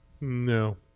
No